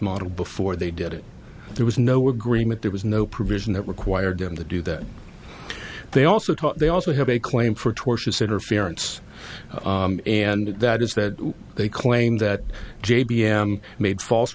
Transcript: model before they did it there was no agreement there was no provision that required them to do that they also thought they also have a claim for tortious interference and that is that they claim that j b m made false